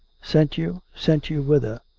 sent you. you. sent you whither?